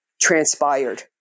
transpired